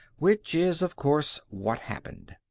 which is, of course, what happened.